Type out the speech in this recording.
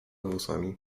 włosami